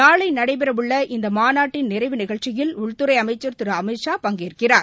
நாளைநடைபெறவுள்ள இந்தமாநாட்டின் நிறைவு நிகழ்ச்சியில் உள்துறைஅமைச்சர் திருஅமித் ஷா பங்கேற்கிறார்